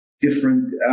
Different